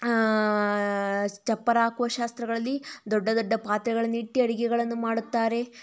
ಚಪ್ಪರ ಹಾಕುವ ಶಾಸ್ತ್ರಗಳಲ್ಲಿ ದೊಡ್ಡ ದೊಡ್ಡ ಪಾತ್ರೆಗಳನ್ನಿಟ್ಟು ಅಡುಗೆಗಳನ್ನು ಮಾಡುತ್ತಾರೆ